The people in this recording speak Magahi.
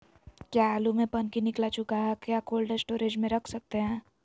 क्या आलु में पनकी निकला चुका हा क्या कोल्ड स्टोरेज में रख सकते हैं?